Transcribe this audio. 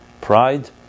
pride